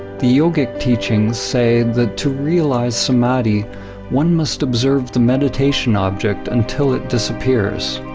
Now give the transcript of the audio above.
the yogic teachings say that to realize samadhi one must observe the meditation object until it disappears